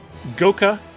Goka